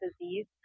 disease